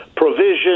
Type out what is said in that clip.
provision